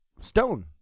Stone